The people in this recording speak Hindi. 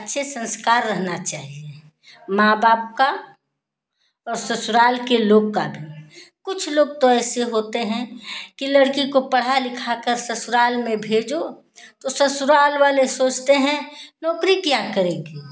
अच्छे संस्कार रहना चाहिए माँ बाप का और ससुराल के लोग का भी कुछ लोग तो ऐसे होते हैं कि लड़की को पढ़ा लिखाकर ससुराल में भेजो तो ससुराल वाले सोचते हैं नौकरी क्या करेगी